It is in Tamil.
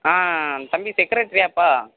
தம்பி செக்கரட்ரியாப்பா